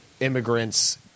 Immigrants